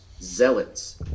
zealots